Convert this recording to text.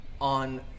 on